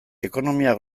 ekonomia